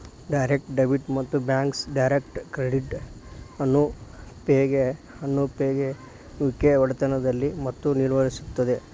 direct debit ಮತ್ತು Bacs direct credit ಅನ್ನು pay U K ಒಡೆತನದಲ್ಲಿದೆ ಮತ್ತು ನಿರ್ವಹಿಸುತ್ತದೆ